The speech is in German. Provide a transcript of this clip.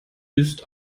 ist